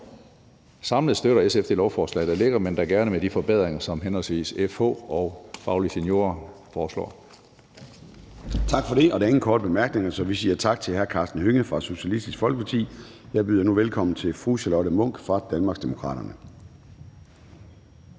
Samlet støtter SF det lovforslag, der ligger, men da gerne med de forbedringer, som henholdsvis FH og Faglige Seniorer foreslår. Kl. 13:48 Formanden (Søren Gade): Tak for det. Der er ingen korte bemærkninger, så vi siger tak til hr. Karsten Hønge fra Socialistisk Folkeparti. Jeg byder nu velkommen til fru Charlotte Munch fra Danmarksdemokraterne.